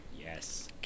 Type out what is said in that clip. Yes